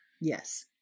yes